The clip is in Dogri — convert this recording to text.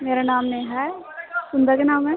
मेरा नांऽ नेहा ऐ तुं'दा केह् नांऽ ऐ